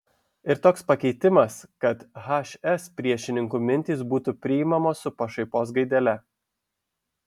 ir toks pakeitimas kad hs priešininkų mintys būtų priimamos su pašaipos gaidele